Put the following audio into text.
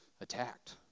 attacked